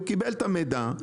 הוא קיבל את המידע,